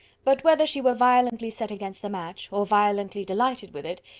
but whether she were violently set against the match, or violently delighted with it,